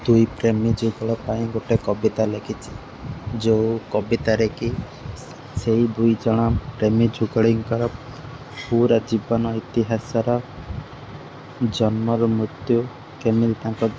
ଦୁଇ ପ୍ରେମୀ ଯୁଗଳ ପାଇଁ ଗୋଟିଏ କବିତା ଲେଖିଛି ଯେଉଁ କବିତାରେ କି ସେଇ ଦୁଇଜଣ ପ୍ରେମୀ ଯୁଗଳୀଙ୍କର ପୁରା ଜୀବନ ଇତିହାସର ଜନ୍ମରୁ ମୃତ୍ୟୁ କେମିତି ତାଙ୍କ